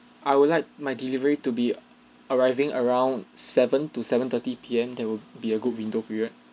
I would like my delivery to be arriving around seven to seven thirty P_M that will be a good window period